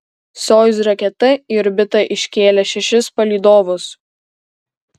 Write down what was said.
sojuz raketa į orbitą iškėlė šešis palydovus